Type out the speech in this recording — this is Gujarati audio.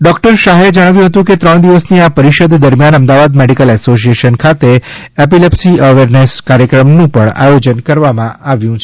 ડોક્ટર શાહે જણાવ્યું હતું કે ત્રણ દિવસની આ પરિષદ દરમિયાન અમદાવાદ મેડિકલ એસોસિએશન ખાતે એપિલેપ્સી અવેરનેસ કાર્યક્રમનું આયોજન કરવામાં આવ્યું છે